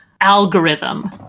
algorithm